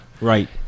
Right